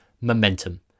momentum